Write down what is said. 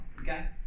Okay